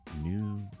new